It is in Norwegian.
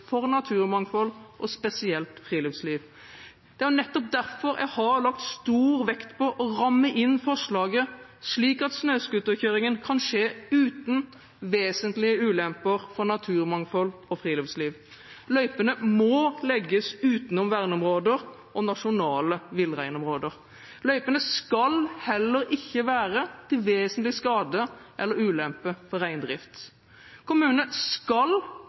for naturmangfold og spesielt for friluftsliv. Det er nettopp derfor jeg har lagt stor vekt på å ramme inn forslaget, slik at snøscooterkjøringen kan skje uten vesentlige ulemper for naturmangfold og friluftsliv. Løypene må legges utenom verneområder og nasjonale villreinområder. Løypene skal heller ikke være til vesentlig skade eller ulempe for reindrift. Kommunene skal